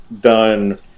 done